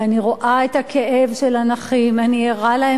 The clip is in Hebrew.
ואני רואה את הכאב של הנכים, אני ערה לו.